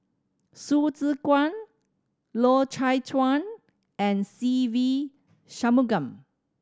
Hsu Tse Kwang Loy Chye Chuan and Se Ve Shanmugam